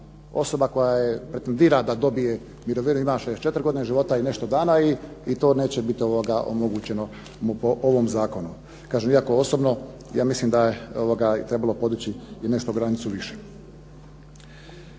osoba koja pretendira da dobije mirovinu ima 64 godine života i nešto dana i to neće mu biti omogućeno po ovom zakonu. Kažem, iako osobno ja mislim da je trebalo podići i nešto granicu više.